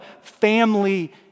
family